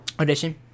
Audition